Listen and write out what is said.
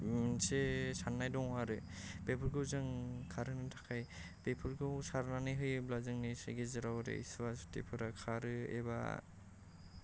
मोनसे साननाय दङ आरो बेफोरखौ जों खारहोनो थाखाय बेफोरखौ सारनानै होयोब्ला जोंनि जे गेजेराव ओरै सुवा सुथिफोरा खारो एबा